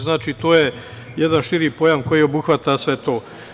Znači, to je jedna širi pojam koji obuhvata sve to.